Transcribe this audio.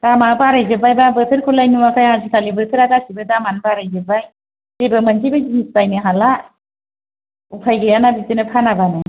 दामा बाराय जोबबायबा बोथोरखौलाय नुआखै आजिखालि बोथोरा गासिबो दामानो बाराय जोबबाय जेबो मोनसेबो जिनिस बायनो हाला उफाय गैयाना बिदिनो फानाबाबो